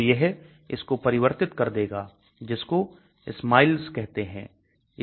तो यह इसको परिवर्तित कर देगा जिसको SMILES कहते हैं